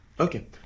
Okay